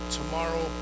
tomorrow